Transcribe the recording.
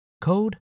code